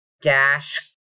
dash